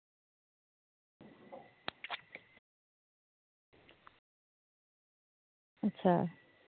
अच्छा